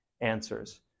answers